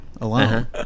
alone